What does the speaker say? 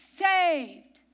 saved